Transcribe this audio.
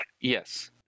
yes